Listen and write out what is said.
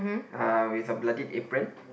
uh with a bloodied apron